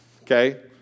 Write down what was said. okay